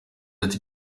ati